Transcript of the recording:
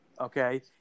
Okay